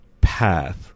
path